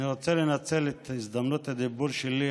אני רוצה לנצל את הזדמנות הדיבור שלי,